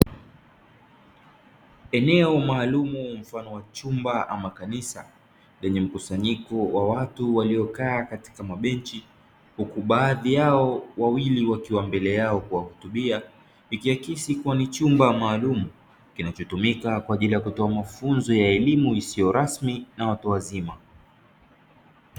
Eneo maalumu mfano wa chumba ama kanisa lenye mkusanyiko wa watu waliokaa katika mabenchi, huku baadhi yao wawili wakiwa mbele yao kuwahutubia; ikiakisi kuwa ni chumba maalumu kinachotumika kwa ajili ya kutoa mafunzo ya elimu isiyo rasmi na watu wazima.